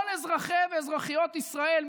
כל אזרחי ואזרחיות ישראל,